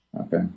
Okay